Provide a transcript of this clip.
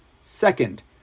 Second